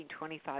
1925